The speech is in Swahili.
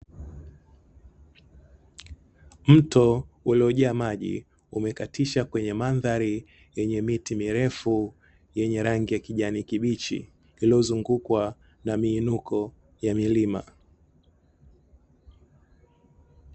Mto uliojaa maji umekatisha kwenye mandhari yenye miti mirefu yenye rangi ya kijani kibichi, iliyozungukwa na miinuko ya milima.